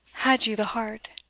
had you the heart?